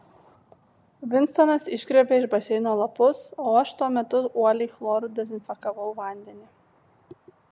vinstonas išgriebė iš baseino lapus o aš tuo metu uoliai chloru dezinfekavau vandenį